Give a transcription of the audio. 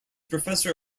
professor